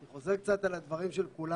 אני חוזר קצת על הדברים של כולם.